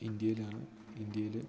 ഇന്ത്യയിലാണ് ഇന്ത്യയിൽ